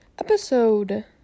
Episode